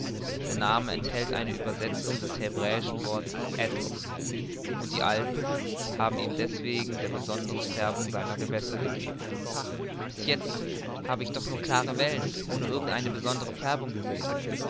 der name enthält eine uebersetzung des hebräischen wortes edrom und die alten haben ihm denselben wegen der besonderen färbung seiner gewässer gegeben bis jetzt habe ich aber doch nur klare wellen ohne irgend besondere färbung gesehen